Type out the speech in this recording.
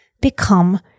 become